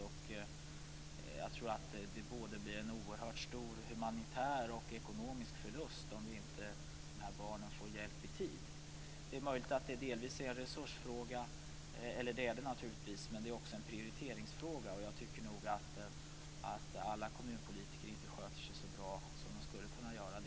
Jag tror att det blir en oerhört stor humanitär och ekonomisk förlust om de här barnen inte får hjälp i tid. Det är möjligt att det delvis är en resursfråga. Det är det naturligtvis, men det är också en prioriteringsfråga. Jag tycker nog att alla kommunpolitiker inte sköter sig så bra som de skulle kunna göra.